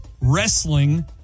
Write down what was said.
wrestling